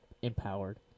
empowered